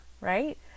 right